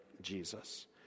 Jesus